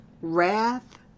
Wrath